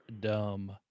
dumb